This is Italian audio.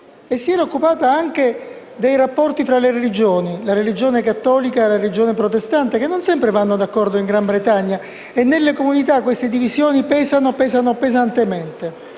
dei bambini e anche dei rapporti fra le religioni, la religione cattolica e la religione protestante, che non sempre vanno d'accordo in Gran Bretagna e, nelle comunità, queste divisioni pesano, pesano enormemente.